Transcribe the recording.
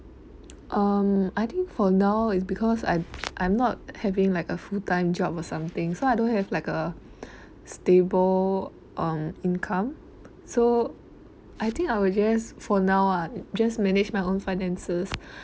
um I think for now is because i'm i'm not having like a full-time job or something so I don't have like a stable um income so I think I will just for now ah just manage my own finances